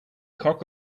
cock